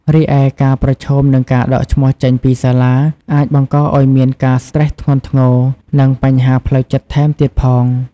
រីឯ ការប្រឈមនឹងការដកឈ្មោះចេញពីសាលា អាចបង្កឲ្យមានការស្ត្រេសធ្ងន់ធ្ងរ និងបញ្ហាផ្លូវចិត្តថែមទៀតផង។